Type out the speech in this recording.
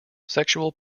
sexual